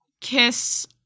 kiss